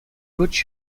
put